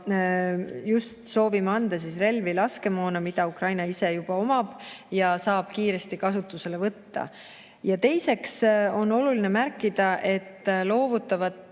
just soovime anda [seda tüüpi] relvi ja laskemoona, mida Ukraina juba omab ja saab kiiresti kasutusele võtta. Teiseks on oluline märkida, et loovutatavate